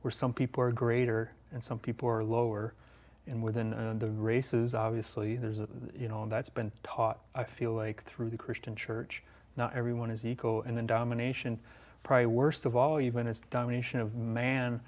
we're some people are greater and some people are lower in within the races obviously there's a you know that's been taught i feel like through the christian church not everyone is equal and in domination probably worst of all even as domination of man